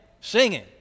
singing